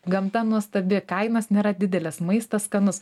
gamta nuostabi kainos nėra didelės maistas skanus